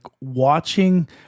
watching